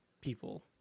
people